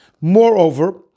Moreover